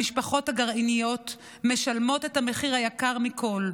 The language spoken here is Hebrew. המשפחות הגרעיניות משלמות את המחיר היקר מכול,